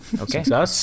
Okay